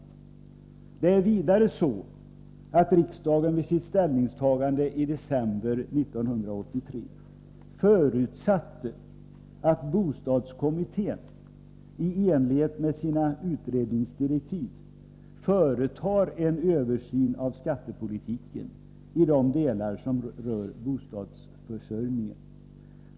Vidare är det så att riksdagen vid sitt ställningstagande i december 1983 förutsatte att bostadskommittén, i enlighet med sina utredningsdirektiv, företar en översyn av skattepolitiken i de delar som rör bostadsförsörjningen.